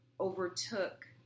overtook